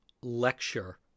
lecture